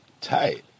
Tight